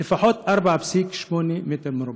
אלא לפחות 4.8 מטרים מרובעים.